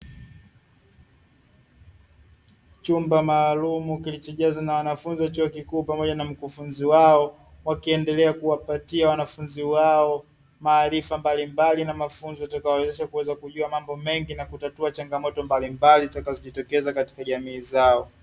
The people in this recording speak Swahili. Chumba maalum kilichojazwa na wanafunzi wa chuo kikuu pamoja na mkufunzi wao wakiendelea kuwapatia wanafunzi wao maarifa mbalimbali na mafunzo yatakayowawezesha kuweza kujua mambo mengi na kutatua changamoto mbalimbali zitakazojitokeza katika jamii zao.